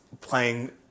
playing